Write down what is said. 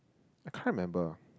I can't remember